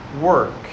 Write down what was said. work